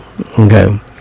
Okay